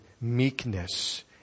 meekness